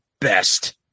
best